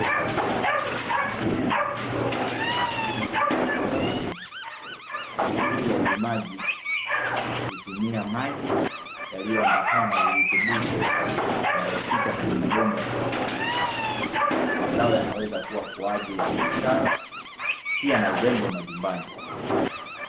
Mimea iliyooteshwa kwa kilimo kisichotumia udongo, aina hii ya ulimaji hutumia maji yaliyoambatana na virutubisho yanayopita kwenye mabomba ya plastiki, mazao yanaweza kuwa kwa ajili ya biashara pia na urembo majumbani.